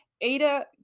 Ada